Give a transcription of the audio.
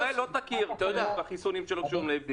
ישראל לא תכיר בחיסונים שלא קשורים ל-FDA.